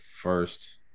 first